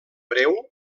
breu